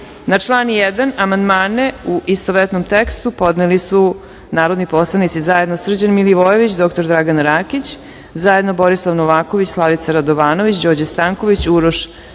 član 1. amandmane, u istovetnom tekstu, podneli su narodni poslanici zajedno Srđan Milivojević, dr Dragana Rakić, zajedno Borisav Novaković, Slavica Radovanović, Đorđe Stanković, Uroš